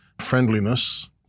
friendliness